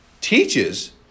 teaches